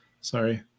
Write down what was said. sorry